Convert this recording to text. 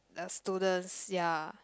they are students ya